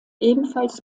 ebenfalls